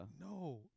No